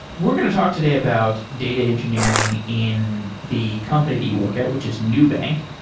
we're going to talk today about data engineering in the company that you work at, which is nubank,